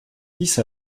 dix